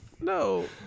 No